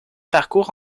parcours